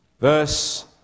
Verse